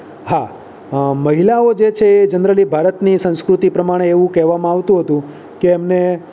હા મહિલાઓ જે છે જનરલી ભારતની સંસ્કૃતિ પ્રમાણે એવું કહેવામાં આવતું હતું કે ેમને